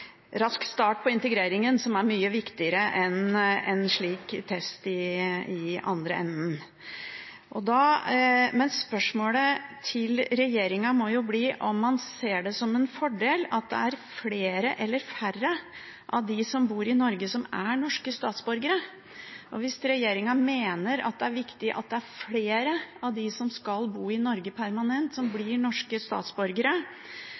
mye viktigere enn en slik test i den andre enden. Spørsmålet til regjeringen må bli om man ser det som en fordel at det er flere eller færre av dem som bor i Norge, som er norske statsborgere. Hvis regjeringen mener at det er viktig at flere av dem som skal bo i Norge permanent, blir norske statsborgere,